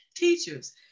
Teachers